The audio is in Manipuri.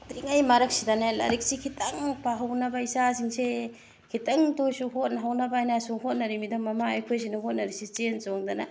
ꯇ꯭ꯔꯤꯉꯩ ꯃꯔꯛꯁꯤꯗꯅꯦ ꯂꯥꯏꯔꯤꯛꯁꯦ ꯈꯤꯇꯪ ꯄꯥꯍꯧꯅꯕ ꯏꯆꯥꯁꯤꯡꯁꯦ ꯈꯤꯇꯪꯇ ꯑꯣꯏꯔꯁꯨ ꯍꯣꯠꯅꯍꯧꯅꯕ ꯍꯥꯏꯅ ꯑꯁꯨꯝ ꯍꯣꯠꯅꯔꯤꯅꯤꯗꯣ ꯃꯃꯥ ꯑꯩꯈꯣꯏꯁꯤꯅ ꯍꯣꯠꯅꯔꯤꯁꯤ ꯆꯦꯟ ꯆꯣꯡꯗꯅ